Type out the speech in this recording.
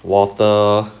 water